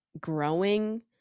growing